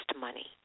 money